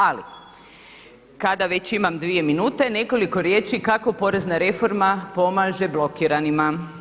Ali kada već imam 2 minute, nekoliko riječi kako porezna reforma pomaže blokiranima.